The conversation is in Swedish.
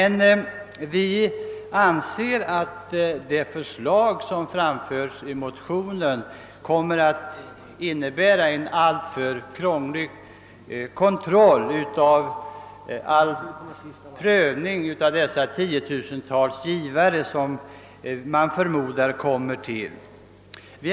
Men vi anser att de förslag som framförts i de likalydande motionerna skulle medföra en alltför krånglig kontroll och prövning av de tiotusentals människor som förmodligen skulle komma att ge bidrag.